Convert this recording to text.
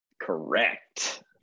Correct